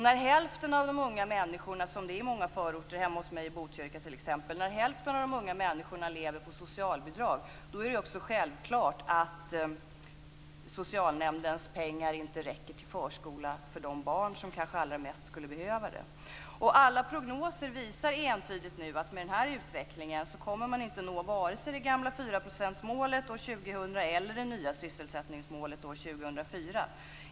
När hälften av de unga människorna lever på socialbidrag, som situationen är i många förorter, t.ex. hemma hos mig i Botkyrka, är det också självklart att socialnämndens pengar inte räcker till förskolan för de barn som kanske allra mest behöver den. Alla prognoser visar nu entydigt att med denna utveckling kommer man inte att nå vare sig det gamla fyraprocentsmålet år 2000 eller det nya sysselsättningsmålet år 2004.